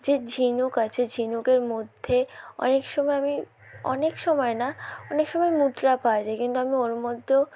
যে ঝিনুক আছে ঝিনুকের মধ্যে অনেক সময় আমি অনেক সময় না অনেক সময় মুদ্রা পাওয়া যায় কিন্তু আমি ওর মধ্যেও